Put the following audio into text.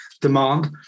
demand